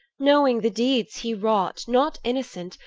knowing the deeds he wrought, not innocent,